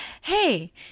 Hey